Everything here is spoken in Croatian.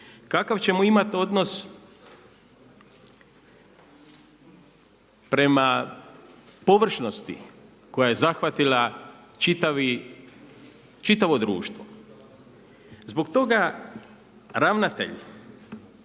kakav ćemo imati odnos prema površnosti koja je zahvatila čitavo društvo. Zbog toga ravnatelj,